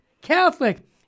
Catholic